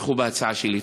יתמוך בהצעה שלי.